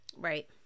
Right